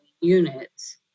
units